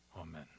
Amen